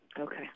Okay